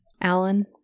Alan